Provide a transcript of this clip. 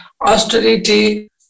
austerity